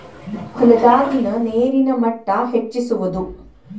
ಹೊಲದಾಗಿನ ನೇರಿನ ಮಟ್ಟಾ ಹೆಚ್ಚಿಸುವದು